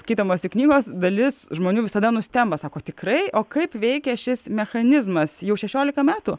skaitomos knygos dalis žmonių visada nustemba sako tikrai o kaip veikia šis mechanizmas jau šešiolika metų